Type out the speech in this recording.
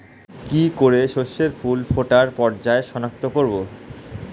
কি করে শস্যের ফুল ফোটার পর্যায় শনাক্ত করব?